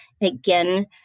again